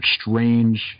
strange